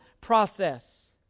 process